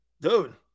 Dude